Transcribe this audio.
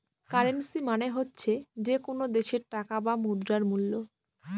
currency মানে হচ্ছে যে কোনো দেশের টাকা বা মুদ্রার মুল্য